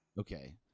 Okay